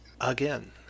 again